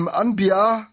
anbi'a